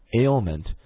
ailment